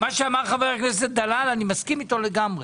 - מה שאמר חבר הכנסת דלל מסכים איתו לגמרי.